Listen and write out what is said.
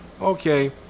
okay